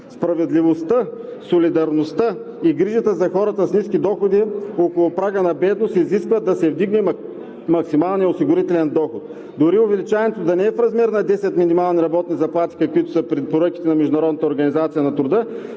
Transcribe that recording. Справедливостта, солидарността и грижата за хората с ниски доходи около прага на бедност изискват да се вдигне максималният осигурителен доход. Дори увеличаването да не е в размер на 10 минимални работни заплати, каквито са препоръките на